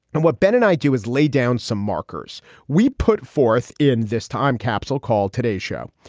and what ben and i do is lay down some markers we put forth in this time capsule called today's show.